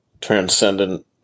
transcendent